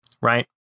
right